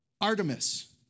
Artemis